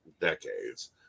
decades